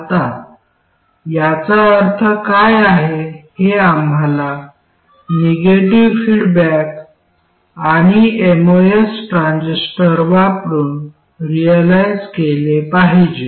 आता याचा अर्थ काय आहे हे आम्हाला निगेटिव्ह फीडबॅक आणि एमओएस ट्रान्झिस्टर वापरुन रिअलाईझ केले पाहिजे